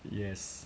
yes